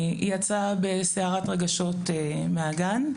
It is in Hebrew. היא יצאה בסערת רגשות מהגן,